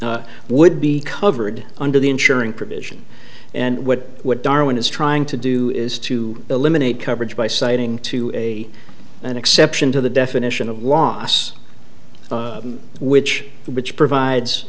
it would be covered under the ensuring provision and what darwin is trying to do is to eliminate coverage by citing to a an exception to the definition of loss which which provides